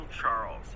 Charles